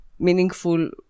Meaningful